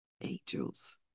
Angels